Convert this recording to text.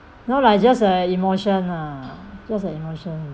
no lah just a emotion lah just a emotion